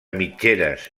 mitgeres